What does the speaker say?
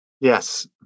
Yes